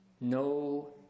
no